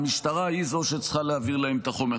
המשטרה היא זאת שצריכה להעביר להם את החומר.